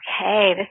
Okay